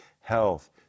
health